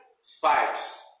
spikes